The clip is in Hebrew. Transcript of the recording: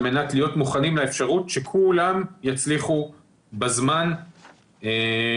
על מנת להיות מוכנים לאפשרות שכולם יצליחו בזמן האופטימלי